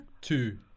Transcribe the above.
two